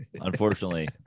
Unfortunately